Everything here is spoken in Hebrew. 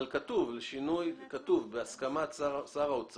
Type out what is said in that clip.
זה יהיה בהסכמת שר האוצר,